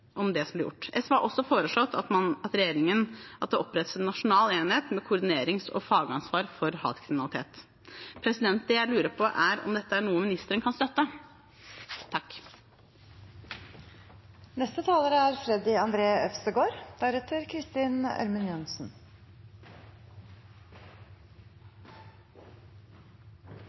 det som blir gjort. SV har også foreslått at det opprettes en nasjonal enhet med koordinerings- og fagansvar for hatkriminalitet. Det jeg lurer på, er om dette er noe ministeren kan støtte? I morgen er